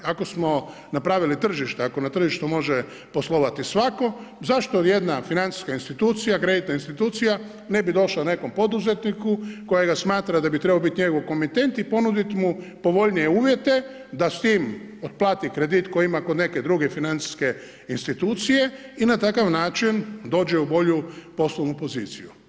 Ako smo napravili tržište, ako na tržištu može poslovati svatko zašto jedna financijska institucija, kreditna institucija ne bi došla nekom poduzetniku kojega smatra da bi trebao biti njegov komitent i ponudit mu povoljnije uvjete da s tim otplati kredit koji ima kod neke druge financijske institucije i na takav način dođe u bolju poslovnu poziciju.